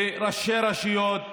וראשי רשויות,